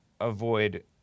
avoid